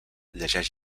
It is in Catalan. llegeix